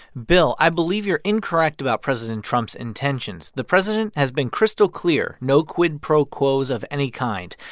bill, i believe you're incorrect about president trump's intentions. the president has been crystal clear no quid pro quos of any kind.